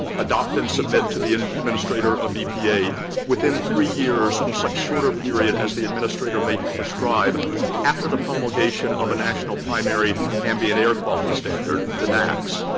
adopt and submit to the administrator of epa within three years or such shorter period as the administrator may prescribe after the promulgation of a national primary ambient air quality standard, the naaqs.